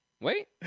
wait